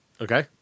Okay